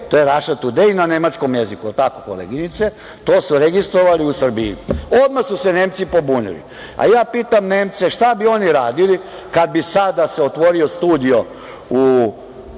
to je „Raša tudej“ na nemačkom jeziku, jel tako koleginice? To su registrovali u Srbiji. Odmah su se Nemci pobunili. Ja pitam Nemce šta bi oni radili kada bi se sada otvorio studio te